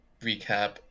recap